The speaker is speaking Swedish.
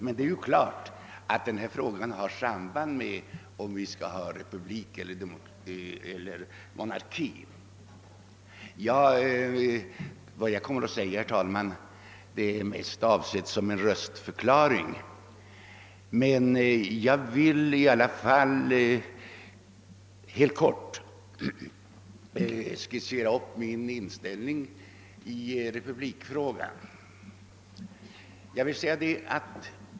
Men det är klart att frågan har samband med om vi skall ha republik eller monarki och även om det som jag kommer att säga, herr talman, mest är avsett som en röstförklaring, vill jag helt kort skissera min inställning till republikfrågan.